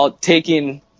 taking